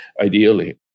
ideally